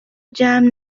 جمع